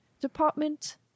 department